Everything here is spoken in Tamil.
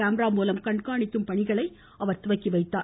கேமரா மூலம் கண்காணிக்கும் பணிகளை அவர் துவக்கி வைத்தார்